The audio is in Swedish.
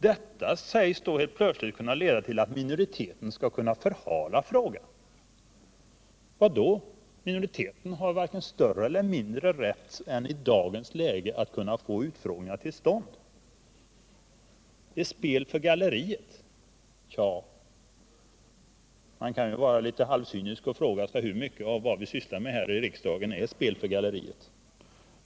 Detta sägs helt plötsligt kunna leda till att minoriteten kan förhala frågan. Hur då? Minoriteten skulle varken få större eller mindre rätt än i dagens läge att få utfrågningar till stånd. Ett spel för galleriet har man talat om. Ja, man kan vara litet halvcynisk och fråga: Hur mycket av det som vi sysslar med här i riksdagen är spel för galleriet?